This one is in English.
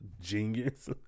genius